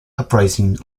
uprising